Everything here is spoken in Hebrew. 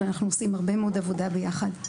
אנחנו עושות הרבה מאוד עבודה ביחד.